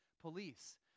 police